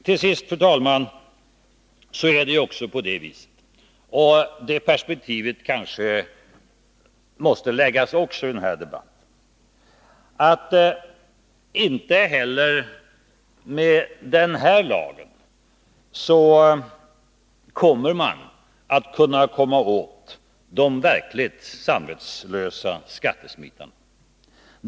Till sist, fru talman, är det ju även på det viset — och det perspektivet kanske också måste anläggas i den här debatten — att inte heller med denna lag kommer man åt de verkligt samvetslösa skattesmitarna.